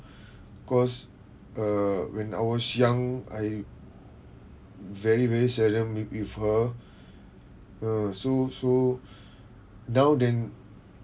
cause err when I was young I very very seldom with with her uh so so now then